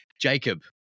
Jacob